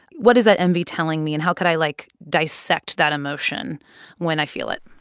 what is that envy telling me? and how could i, like, dissect that emotion when i feel it?